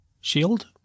Shield